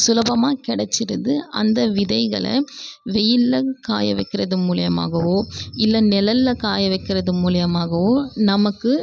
சுலபமாக கிடச்சிருது அந்த விதைகளை வெயிலில் காய வைக்கிறது மூலிமாகவோ இல்லை நிழலில் காய வைக்கிறது மூலிமாகவோ நமக்கு